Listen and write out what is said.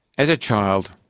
as a child,